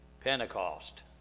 Pentecost